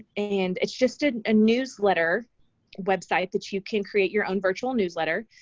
and it's just a ah newsletter website that you can create your own virtual newsletter.